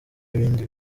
ibindi